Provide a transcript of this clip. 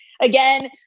Again